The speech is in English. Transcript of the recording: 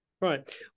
Right